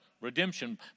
redemption